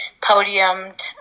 podiumed